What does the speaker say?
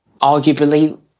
arguably